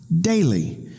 Daily